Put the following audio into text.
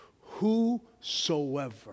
Whosoever